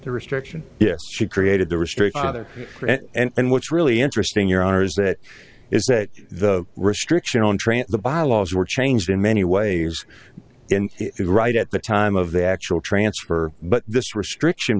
the restriction she created to restrict other and what's really interesting your honor is that is that the restriction on trant the bylaws were changed in many ways right at the time of the actual transfer but this restriction